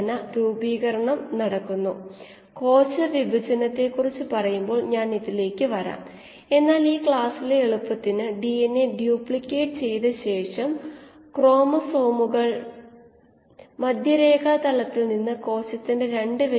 m അതുപോലെ സസ്തന കോശങ്ങളുടെവിലകൾ അതായത് ഇവിടെ നിങ്ങൾക്ക് യീസ്റ്റിലെ സാധാരണ ഉൽപാദനക്ഷമതയായി മണിക്കൂറിൽ 12